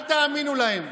אל תאמינו להם.